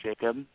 Jacob